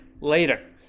later